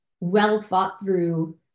well-thought-through